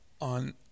on